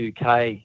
UK